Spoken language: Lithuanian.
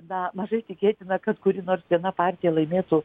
na mažai tikėtina kad kuri nors viena partija laimėtų